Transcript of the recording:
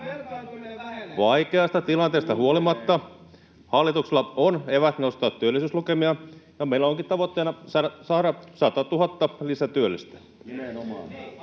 Vaikeasta tilanteesta huolimatta hallituksella on eväät nostaa työllisyyslukemia, ja meillä onkin tavoitteena saada 100 000 lisätyöllistä.